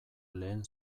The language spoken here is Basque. lehen